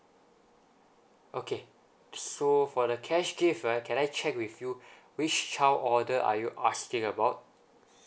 okay so for the cash gift right can I check with you which child order are you asking about